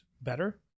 better